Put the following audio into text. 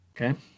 okay